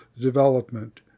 development